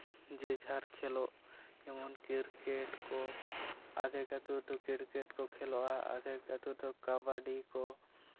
ᱡᱮ ᱡᱟᱦᱟᱨ ᱠᱷᱮᱞᱚᱜ ᱡᱮᱢᱚᱱ ᱠᱨᱤᱠᱮᱹᱴ ᱠᱚ ᱟᱫᱷᱮᱠ ᱟᱹᱛᱩ ᱨᱮᱫᱚ ᱠᱨᱤᱠᱮᱹᱴ ᱠᱚ ᱠᱷᱮᱞᱚᱜᱼᱟ ᱟᱫᱷᱮᱠ ᱟᱹᱛᱩ ᱨᱮᱫᱚ ᱠᱟᱵᱟᱰᱤ ᱠᱚ